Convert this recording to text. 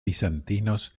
bizantinos